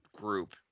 group